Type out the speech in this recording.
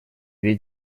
две